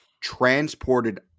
transported